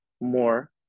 more